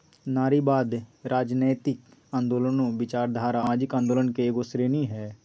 नारीवाद, राजनयतिक आन्दोलनों, विचारधारा औरो सामाजिक आंदोलन के एगो श्रेणी हइ